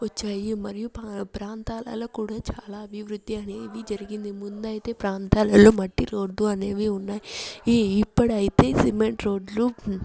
వచ్చాయి మరియు ప్రాం ప్రాంతాలలో కూడా చాలా అభివృద్ధి అనేది జరిగింది ముందు అయితే ప్రాంతాలలో మట్టి రోడ్డు అనేవి ఉన్నాయి ఇప్పుడు అయితే సిమెంట్ రోడ్లు